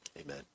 Amen